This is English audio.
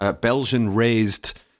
Belgian-raised